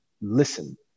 listen